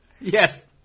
Yes